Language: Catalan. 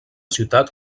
ciutat